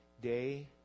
day